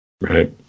Right